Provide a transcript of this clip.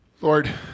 Lord